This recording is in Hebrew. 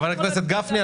חבר הכנסת גפני,